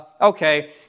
Okay